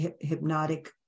hypnotic